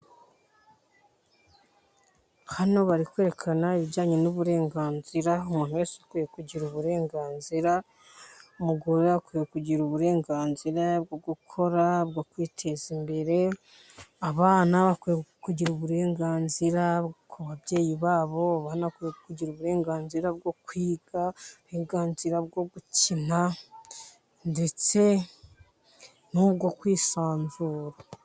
Hano bari kwerekana ibijyanye n'uburenganzira, umuntu wese akwiye kugira uburenganzira, umugore akwiye kugira uburenganzira bwo gukora, bwo kwiteza imbere, abana bakwiye kugira uburenganzira ku babyeyi babo, banakwiye kugira uburenganzira bwo kwiga, uburenganzira bwo gukina ndetse n'ubwo kwisanzura.